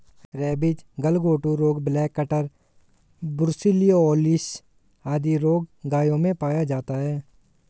rabies, गलघोंटू रोग, black quarter, brucellosis आदि रोग गायों में पाया जाता है